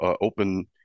open